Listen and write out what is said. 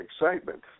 excitement